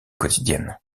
quotidienne